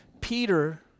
Peter